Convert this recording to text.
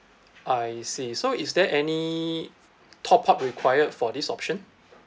I see so is there any top up required for this option